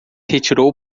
retirou